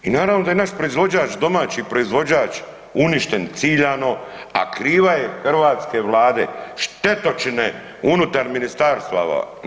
I naravno da je naš proizvođač, domaći proizvođač, uništen ciljano a kriva je hrvatske vlade, štetočine unutar ministarstava.